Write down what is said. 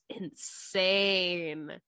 insane